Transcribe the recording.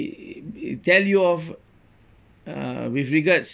tell you off uh with regards